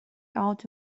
out